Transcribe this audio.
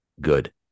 good